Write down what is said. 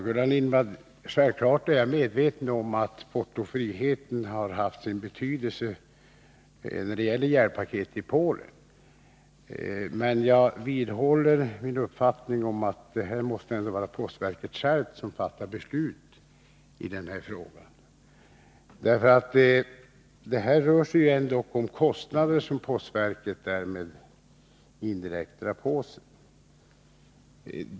Herr talman! Självfallet är jag medveten om att portofriheten har haft betydelse när det gäller hjälppaket till Polen, men jag vidhåller min uppfattning att det måste vara postverket självt som skall fatta beslut i frågan. Det rör sig ändå om kostnader som postverket indirekt drar på sig.